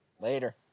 Later